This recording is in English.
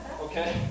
okay